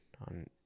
on